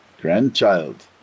grandchild